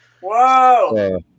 Whoa